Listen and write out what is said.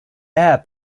air